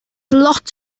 lot